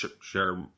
share